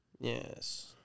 yes